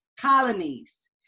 colonies